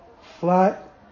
flat